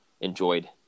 enjoyed